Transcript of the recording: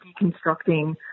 deconstructing